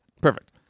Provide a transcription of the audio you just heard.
Perfect